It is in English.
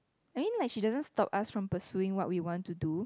I mean like she doesn't stop us from pursuing what we want to do